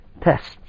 tests